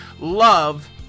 Love